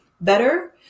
better